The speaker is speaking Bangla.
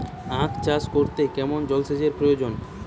আখ চাষ করতে কেমন জলসেচের প্রয়োজন?